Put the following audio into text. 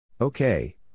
Okay